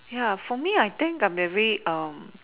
ya for me I think I'm very um